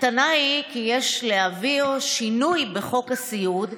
הטענה היא שיש להעביר שינוי בחוק הסיעוד,